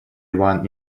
one